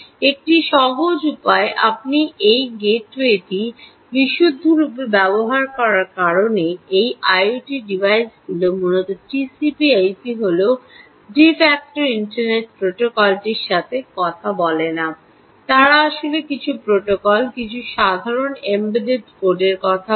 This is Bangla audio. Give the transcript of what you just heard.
একটি সহজ উপায় আপনি এই গেটওয়েটি বিশুদ্ধরূপে ব্যবহার করার কারণে এই আইওটি ডিভাইসগুলি মূলত টিসিপি আইপি হল ডি ফ্যাক্টো ইন্টারনেট প্রোটোকলটির সাথে কথা বলে না তারা আসলে কিছু প্রোটোকল কিছু সাধারণ এমবেডেড কোডের কথা বলে